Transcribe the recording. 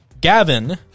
Gavin